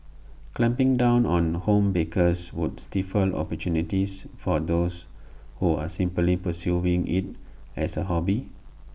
clamping down on home bakers would stifle opportunities for those who are simply pursuing IT as A hobby